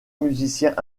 musiciens